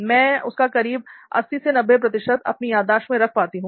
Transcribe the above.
मैं उसका करीब 80 से 90 प्रतिशत अपनी याददाश्त में रख पाती हूं